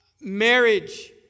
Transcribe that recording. marriage